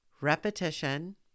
Repetition